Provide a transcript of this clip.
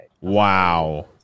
Wow